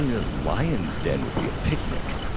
a lion's den would be a picnic.